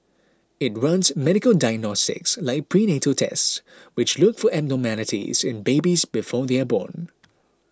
it runs medical diagnostics like prenatal tests which look for abnormalities in babies before they are born